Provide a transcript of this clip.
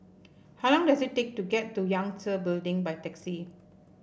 how long does it take to get to Yangtze Building by taxi